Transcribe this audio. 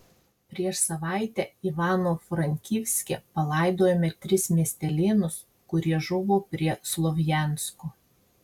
prieš savaitę ivano frankivske palaidojome tris miestelėnus kurie žuvo prie slovjansko